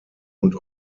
und